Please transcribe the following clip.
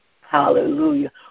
Hallelujah